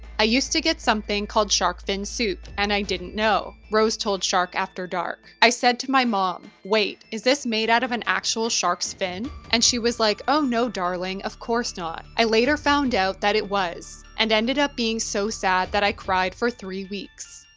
i used to get something called shark fin soup and i didn't know, rose told shark after dark. i said to my mom, wait, is this made out of an actual shark's fin? and she was like, oh no, darling, of course not, i later found out that it was and ended up being so sad that i cried for three weeks.